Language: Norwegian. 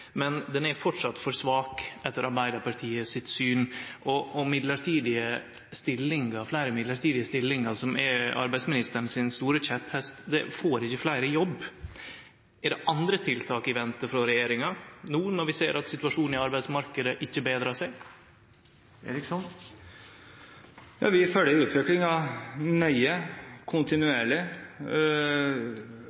men ho er framleis for svak, etter Arbeidarpartiet sitt syn. Og fleire mellombelse stillingar, som er arbeidsministeren sin store kjepphest, får ikkje fleire i jobb. Er det andre tiltak i vente frå regjeringa no når vi ser at situasjonen i arbeidsmarknaden ikkje betrar seg?